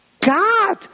God